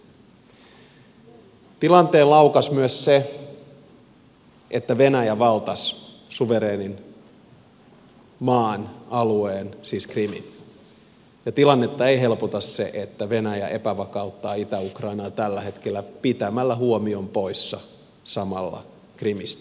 tilanteen laukaisi myös se että venäjä valtasi suvereenin maan alueen siis krimin ja tilannetta ei helpota se että venäjä epävakauttaa itä ukrainaa tällä hetkellä pitämällä huomion poissa samalla krimistä